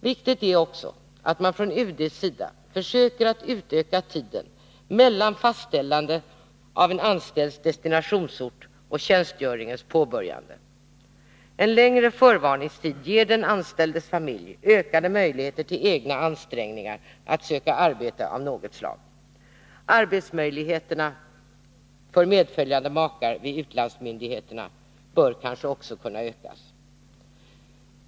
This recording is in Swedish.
Viktigt är också att man från UD:s sida försöker att utöka tiden mellan fastställande av anställds destinationsort och tjänstgöringens påbörjande. En längre förvarningstid ger den anställdas familj ökade möjligheter till egna ansträngningar att söka arbete av något slag. Arbetsmöjligheterna för medföljande makar vid utlandsmyndigheterna bör kanske också kunna utökas.